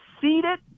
seated